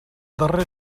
darrer